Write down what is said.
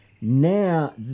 now